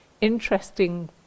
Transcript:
interesting